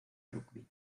rugby